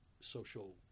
social